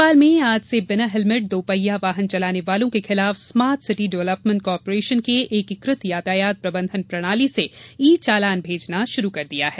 भोपाल में आज से बिना हेलमेट दो पहिया वाहन चलाने वालों के खिलाफ स्मार्ट सिटी डेवलपमेंट कॉर्पोरेशन के एकिकृत यातायात प्रबंधन प्रणाली से ई चालान भेजना शुरू कर दिया है